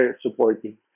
supporting